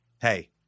Hey